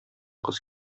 кыз